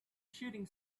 shooting